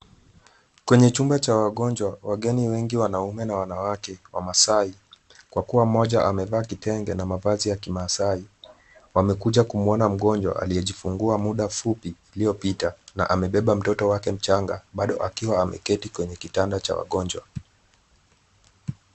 Kwenye chumba cha wagonjwa, wageni wengi wanaume na wanawake, wa masai, kwa kuwa mmoja amevaa kitenge na mavazi ya masai, wamekuja kumuona mgonjwa aliyejifungua muda mfupi, uliopita, na amebeba mtoto wake mchanga, bado akiwa ameketi kwenye kitanda cha wagonjwa.